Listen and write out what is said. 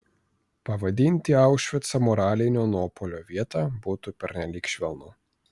pavadinti aušvicą moralinio nuopuolio vieta būtų pernelyg švelnu